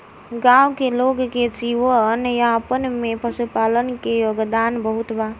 गाँव के लोग के जीवन यापन में पशुपालन के योगदान बहुत बा